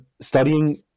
studying